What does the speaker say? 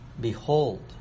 behold